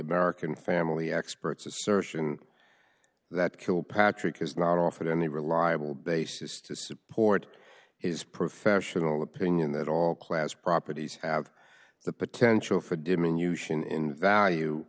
american family experts assertion that kilpatrick has not offered any reliable basis to support his professional opinion that all class properties have the potential for a diminution in value